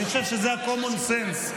אני חושב שזה ה-common sense.